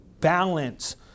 balance